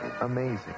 amazing